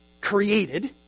created